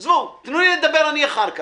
עזבו, תנו לי לדבר אני אחר כך.